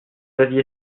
aviez